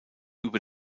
über